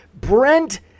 Brent